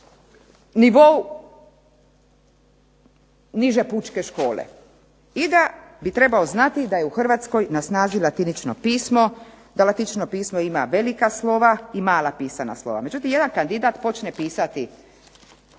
nivou niže pučke škole, i da bi trebao znati da je u Hrvatskoj na snazi latinično pismo, da latinično pismo ima velika slova i mala pisana slova. Međutim jedan kandidat počne pisati